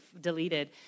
deleted